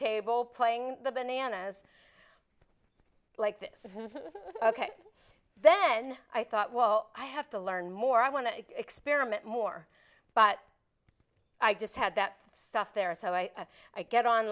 table playing the banana as like this ok then i thought well i have to learn more i want to experiment more but i just had that stuff there so i get on